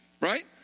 right